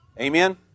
Amen